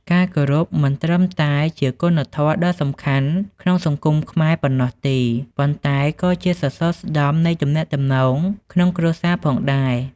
ការគោរពមិនត្រឹមតែជាគុណធម៌ដ៏សំខាន់ក្នុងសង្គមខ្មែរប៉ុណ្ណោះទេ ប៉ុន្តែក៏ជាសសរស្តម្ភនៃទំនាក់ទំនងក្នុងគ្រួសារផងដែរ។